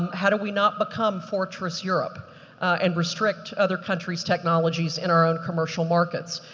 how do we not become fortress europe and restrict other countries technologies in our own commercial markets?